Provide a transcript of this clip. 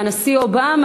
מהנשיא אובמה,